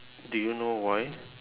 do you know why